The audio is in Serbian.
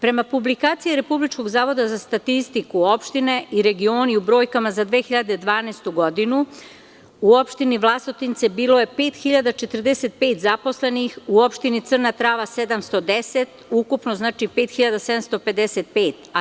Prema publikaciji Republičkog zavoda za statistiku, opštine i regioni u brojkama za 2012. godinu u Opštini Vlasotince bilo je 5.045 zaposlenih, u Opštini Crna Trava 710, ukupno 5.755.